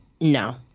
No